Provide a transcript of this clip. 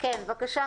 בבקשה,